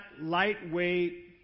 lightweight